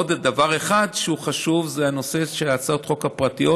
עוד דבר אחד שהוא חשוב זה הנושא של הצעות החוק הפרטיות